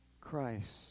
Christ